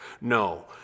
No